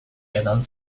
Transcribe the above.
edan